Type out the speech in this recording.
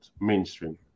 mainstream